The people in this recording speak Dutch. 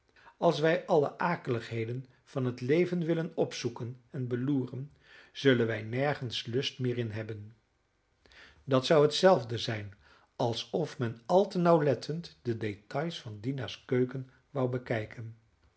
als wij alle akeligheden van het leven willen opzoeken en beloeren zullen wij nergens lust meer in hebben dat zou hetzelfde zijn alsof men al te nauwlettend de details van dina's keuken wou bekijken